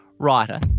writer